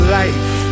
life